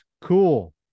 cool